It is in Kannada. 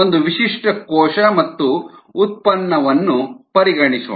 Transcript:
ಒಂದು ವಿಶಿಷ್ಟ ಕೋಶ ಮತ್ತು ಉತ್ಪನ್ನವನ್ನು ಪರಿಗಣಿಸೋಣ